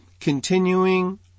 continuing